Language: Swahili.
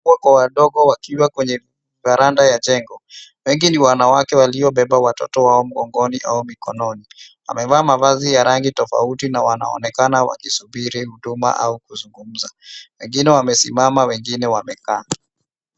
Wakubwa kwa wadogo wakiwa kwenye veranda ya jengo. Wengi ni wanawake waliobeba watoto wao mgongoni au mikononi. Wamevaa mavazi ya rangi tofauti na wanaonekana wakisubiri huduma au kuzungumza. Wengine wamesimama wengine wamekaa.